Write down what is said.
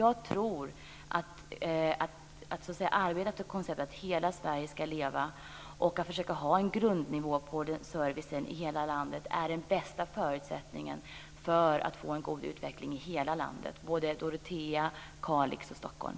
Att arbeta efter konceptet att hela Sverige ska leva och att försöka ha en grundnivå på service i hela landet tror jag är den bästa förutsättningen att få en god utveckling i hela landet, både i Dorotea, Kalix och i Stockholm.